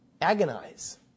Agonize